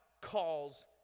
calls